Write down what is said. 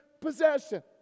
possession